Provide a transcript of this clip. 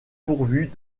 pourvus